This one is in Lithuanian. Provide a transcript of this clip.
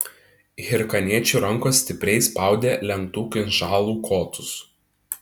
hirkaniečių rankos stipriai spaudė lenktų kinžalų kotus